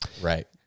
Right